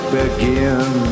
begin